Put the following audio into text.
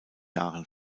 jahren